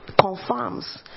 confirms